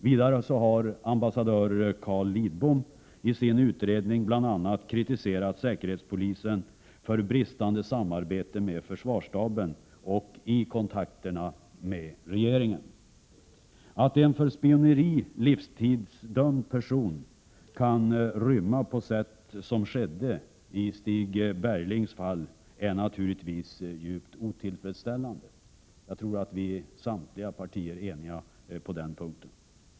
Vidare har ambassadör Carl Lidbom i sin utredning bl.a. kritiserat säkerhetspolisen för bristande samarbete både med försvarsstaben och i kontakterna med regeringen. Att en för spioneri livstidsdömd person kan rymma på det sätt som skedde i Stig Berglings fall är naturligtvis djupt otillfredsställande. Jag tror att samtliga partier är eniga på den punkten.